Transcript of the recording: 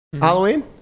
Halloween